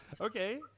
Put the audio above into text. Okay